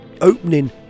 opening